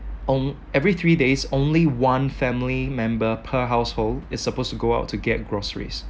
on every three days only one family member per household is supposed to go out to get groceries